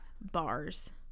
bars